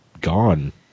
gone